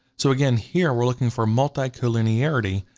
so again here we're looking for multicollinearity,